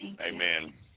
Amen